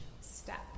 step